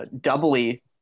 doubly